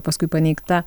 paskui paneigta